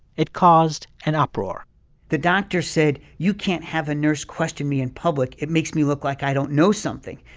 it caused an uproar the doctors said you can't have a nurse question me in public. it makes me look like i don't know something,